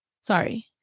Sorry